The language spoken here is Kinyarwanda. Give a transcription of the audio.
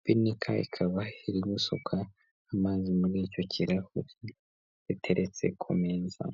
ibinika ikaba iri gusuka amazi muri icyo kirahure biteretse ku meza.